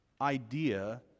idea